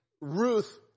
Ruth